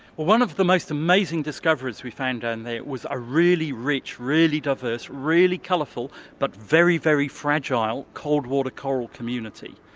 well one of the most amazing discoveries we found down there was a really rich, really diverse, really colourful, but very, very fragile cold water coral community.